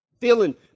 feeling